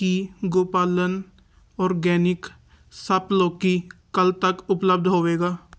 ਕੀ Gopalan organic ਸੱਪ ਲੌਕੀ ਕੱਲ੍ਹ ਤੱਕ ਉਪਲਬਧ ਹੋਵੇਗਾ